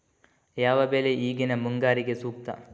ಯಾವ ಬೆಳೆ ಈಗಿನ ಮುಂಗಾರಿಗೆ ಸೂಕ್ತ?